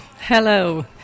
Hello